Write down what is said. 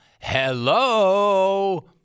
Hello